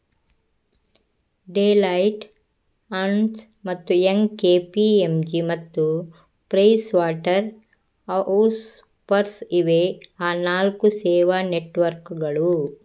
Deloitte, Ernst ಮತ್ತು Young, KPMG ಮತ್ತು PricewaterhouseCoopers ಇವೇ ಆ ನಾಲ್ಕು ಸೇವಾ ನೆಟ್ವರ್ಕ್ಕುಗಳು